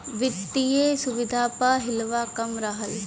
वित्तिय सुविधा प हिलवा कम रहल